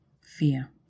fear